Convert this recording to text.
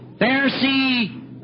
Pharisee